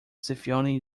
scipione